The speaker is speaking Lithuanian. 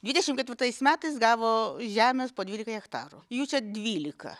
dvidešim ketvirtais metais gavo žemės po dvylika hektarų jų čia dvylika